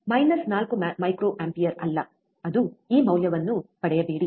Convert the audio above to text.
minus 4 microampere ಅಲ್ಲ ಅದು ಈ ಮೌಲ್ಯವನ್ನು ಪಡೆಯಬೇಡಿ